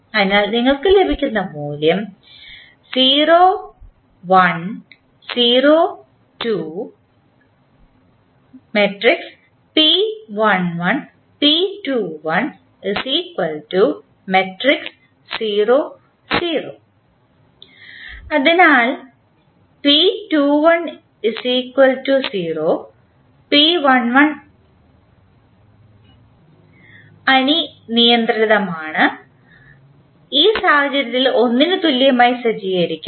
അതിനാൽ നിങ്ങൾക്ക് ലഭിക്കുന്ന മൂല്യം അതിനാൽ അനിയന്ത്രിതമാണ് ഈ സാഹചര്യത്തിൽ 1 ന് തുല്യമായി സജ്ജീകരിക്കാം